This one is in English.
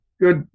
good